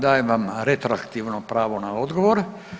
Dajem vam retroaktivno pravo na odgovor.